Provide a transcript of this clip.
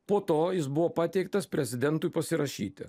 po to jis buvo pateiktas prezidentui pasirašyti